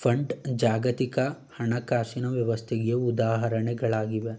fund ಜಾಗತಿಕ ಹಣಕಾಸಿನ ವ್ಯವಸ್ಥೆಗೆ ಉದಾಹರಣೆಗಳಾಗಿವೆ